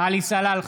עלי סלאלחה,